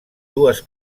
dues